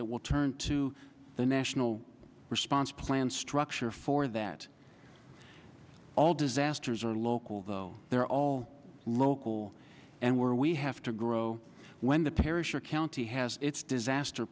it will turn to the national response plan structure for that all disasters are local though they're all local and where we have to grow when the parish or county has its disaster